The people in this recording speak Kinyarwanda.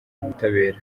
ubutabera